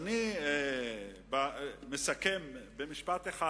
אני מסכם במשפט אחד,